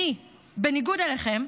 אני, בניגוד אליכם,